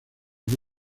the